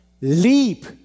Leap